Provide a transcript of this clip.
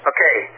Okay